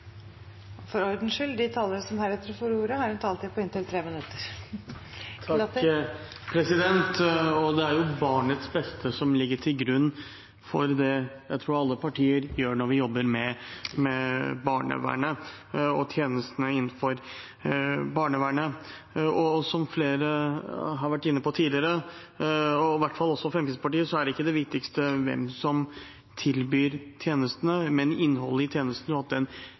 for, tror jeg, det alle partier gjør når vi jobber med barnevernet og tjenestene innenfor barnevernet. Som flere har vært inne på tidligere, i hvert fall Fremskrittspartiet, er ikke det viktigste hvem som tilbyr tjenestene, men innholdet i tjenestene, og at den tjenesten og den omsorgen vi tilbyr barna som trenger det, er best mulig. Jeg mener at denne typen forslag og andre forslag som går på å begrense hvem som tilbyr tjenestene,